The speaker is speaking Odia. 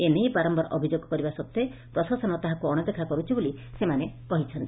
ଏନେଇ ବାରମ୍ୟାର ଅଭିଯୋଗ କରିବା ସତ୍ତ୍ ପ୍ରଶାସନ ତାହାକୁ ଅଶଦେଖା କରୁଛି ବୋଲି ସେମାନେ କହିଛନ୍ତି